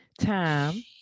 time